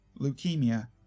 Leukemia